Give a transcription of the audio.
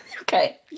Okay